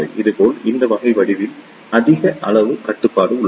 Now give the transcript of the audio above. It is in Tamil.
இதேபோல் இந்த வகை வடிவவியலில் அதிக அளவு கட்டுப்பாடு உள்ளது